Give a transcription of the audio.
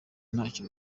ntacyo